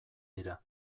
dira